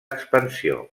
expansió